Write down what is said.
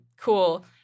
cool